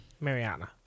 Mariana